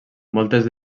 moltes